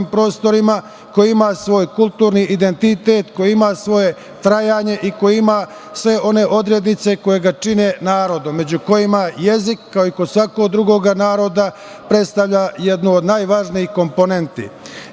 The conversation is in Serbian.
koji ima svoj kulturan identitet, koji ima svoje trajanje i koji ima sve one odrednice koje ga čine narodom, među kojima i jezik, koji kao i kod svakog drugog naroda predstavlja jednu od najvažnijih komponenti.